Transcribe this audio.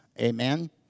Amen